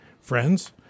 friends